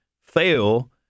fail